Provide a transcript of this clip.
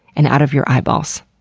and out of your eyeballs.